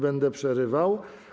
Będę przerywał.